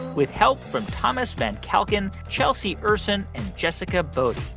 with help from thomas van kalken, chelsea ursin and jessica body.